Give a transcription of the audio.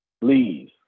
please